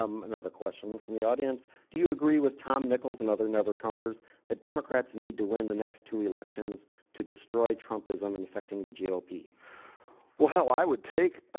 um another question from the audience do you agree with tom nichols and other never trump errs that democrats need to win the next two elections to destroy trumpism and affecting the ah gop well how i would take